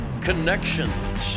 connections